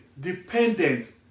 dependent